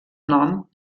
nom